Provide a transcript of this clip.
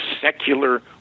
secular